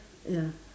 ya